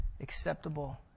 acceptable